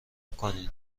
کنین